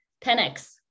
10x